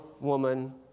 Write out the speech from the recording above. woman